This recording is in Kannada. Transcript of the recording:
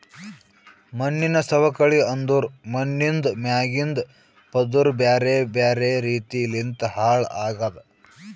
ಮಣ್ಣಿನ ಸವಕಳಿ ಅಂದುರ್ ಮಣ್ಣಿಂದ್ ಮ್ಯಾಗಿಂದ್ ಪದುರ್ ಬ್ಯಾರೆ ಬ್ಯಾರೆ ರೀತಿ ಲಿಂತ್ ಹಾಳ್ ಆಗದ್